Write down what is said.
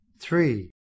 three